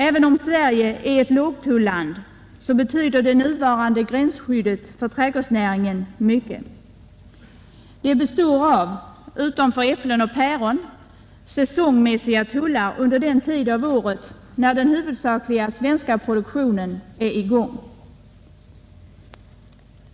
Även om Sverige är ett lågtulland betyder det nuvarande gränsskyddet för trädgårdsnäringen mycket. Det består av, utom för äpplen och päron, säsongmässiga tullar under den tid av året då den huvudsakliga svenska produktionen är i gång.